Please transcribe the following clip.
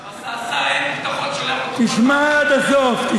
למה השר, השר אלקין, שולח, תשמע עד הסוף.